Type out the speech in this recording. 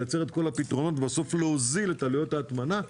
לייצר את כל הפתרונות ובסוף להוזיל את עלויות ההטמנה.